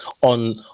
on